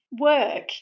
work